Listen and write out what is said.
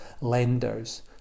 lenders